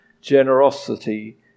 generosity